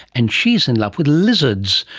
and she's in love with lizards,